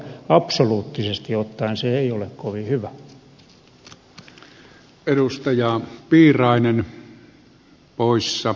absoluuttisesti ottaen se ei ole kovin hyvä